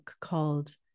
called